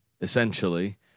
essentially